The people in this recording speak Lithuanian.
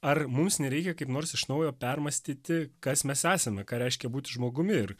ar mums nereikia kaip nors iš naujo permąstyti kas mes esame ką reiškia būti žmogumi ir